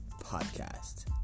Podcast